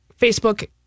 Facebook